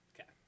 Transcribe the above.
Okay